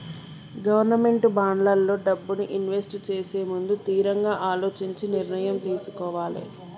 government బాండ్లల్లో డబ్బుని invest చేసేముందు తిరంగా అలోచించి నిర్ణయం తీసుకోవాలే